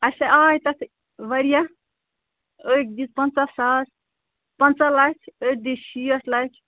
اَسہِ آے تَتھ واریاہ أکۍ دِتۍ پنٛژاہ ساس پنٛژاہ لَچھ أکۍ دِتۍ شیٹھ لَچھ